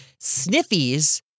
Sniffies